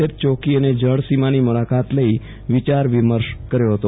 F ચોકી અને જળસીમાની મુલાકાત લઈ વિચાર વિમર્શ કર્યો હતો